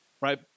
right